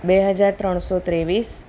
બે હજાર ત્રણસો ત્રેવીસ